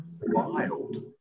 wild